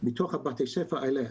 מתוך בתי הספר האלה,